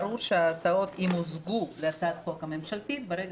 ברור שההצעות ימוזגו להצעת החוק הממשלתית ברגע